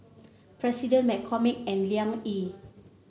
President McCormick and Liang Yi